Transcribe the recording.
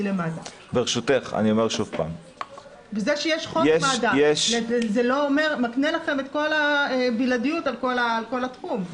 למד"א וזה שיש חוק מד"א זה לא מקנה לכם את כל הבלעדיות על כל התחום.